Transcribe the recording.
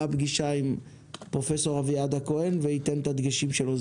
פגישה עם פרופ' אביעד הכהן וייתן את הדגשים שלו.